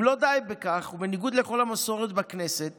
אם לא די בכך, ובניגוד לכל המסורת בכנסת